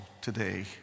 today